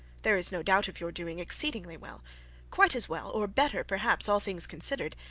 there is no doubt of your doing exceedingly well quite as well, or better, perhaps, all things considered.